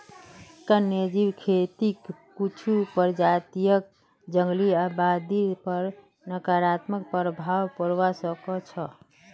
वन्यजीव खेतीक कुछू प्रजातियक जंगली आबादीर पर नकारात्मक प्रभाव पोड़वा स ख छ